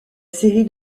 série